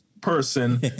person